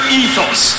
ethos